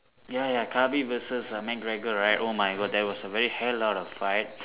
ya ya Khabib versus err McGregor right oh my God that was a very hell of a fight